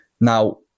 Now